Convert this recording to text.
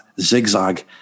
zigzag